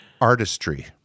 Artistry